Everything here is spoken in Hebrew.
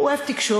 הוא אוהב תקשורת,